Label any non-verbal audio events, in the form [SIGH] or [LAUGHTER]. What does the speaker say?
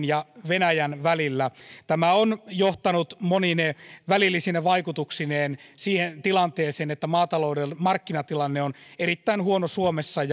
[UNINTELLIGIBLE] ja venäjän välillä tämä on johtanut monine välillisine vaikutuksineen siihen tilanteeseen että maatalouden markkinatilanne on erittäin huono suomessa [UNINTELLIGIBLE]